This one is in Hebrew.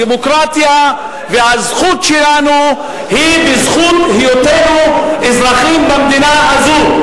הדמוקרטיה והזכות שלנו היא בזכות היותנו אזרחים במדינה הזאת.